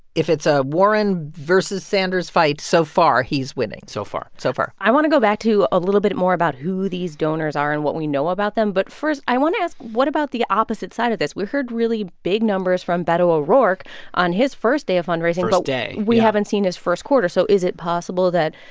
if it's a warren-versus-sanders fight, so far he's winning so far so far i want to go back to a little bit more about who these donors are and what we know about them. but first, i want to ask, what about the opposite side of this? we heard really big numbers from beto o'rourke on his first day of fundraising, but. first day. yeah. we haven't seen his first quarter. so is it possible that,